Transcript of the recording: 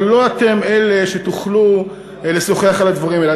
אבל לא אתם שתוכלו לשוחח על הדברים האלה.